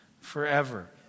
forever